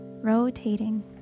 rotating